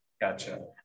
Gotcha